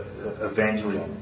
evangelion